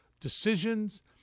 decisions